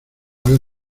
vez